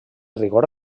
rigor